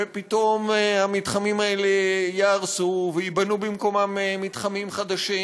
ופתאום המתחמים האלה ייהרסו ויבנו במקום מתחמים חדשים,